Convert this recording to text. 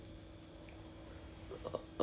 oh it depends !huh!